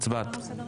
הצבעת.